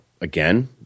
again –